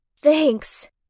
Thanks